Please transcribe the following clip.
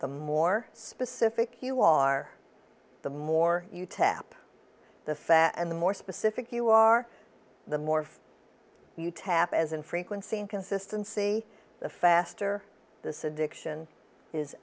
the more specific you are the more you tap the fat and the more specific you are the more you tap as in frequency and consistency the faster this addiction is